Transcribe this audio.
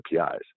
APIs